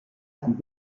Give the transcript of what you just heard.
hatten